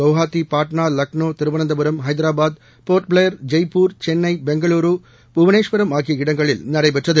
குவஹாத்தி பாட்னா லக்னோ திருவனந்தபுரம் ஹைதராபாத் போா்ட்பிளேயா் ஜெய்ப்பூர் சென்னைபெங்களூர் புவனேஸ்வரம் ஆகிய இடங்களில் நடைபெற்றது